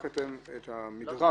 רק במדרג